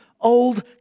Old